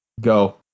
Go